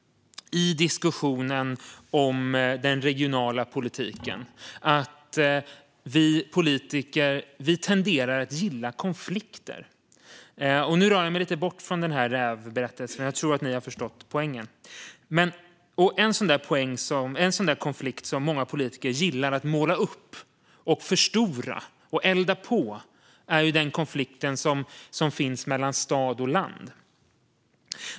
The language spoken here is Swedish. I diskussionen om den regionala politiken tenderar vi politiker att gilla konflikter. Nu rör jag mig lite bort från rävberättelsen, för jag tror att ni har förstått poängen. En konflikt som många politiker gillar att måla upp, förstora och elda på är den konflikt som finns mellan stad och land.